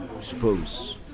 suppose